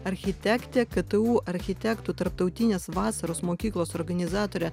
architektė ktu architektų tarptautinės vasaros mokyklos organizatorė